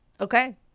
Okay